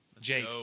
Jake